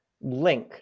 Link